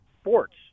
sports